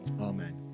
Amen